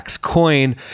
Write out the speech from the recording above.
coin